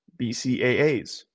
BCAAs